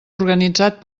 organitzat